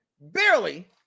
barely